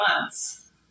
months